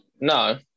No